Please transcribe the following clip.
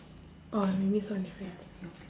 orh we miss one difference